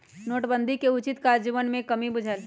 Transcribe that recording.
नोटबन्दि के उचित काजन्वयन में कम्मि बुझायल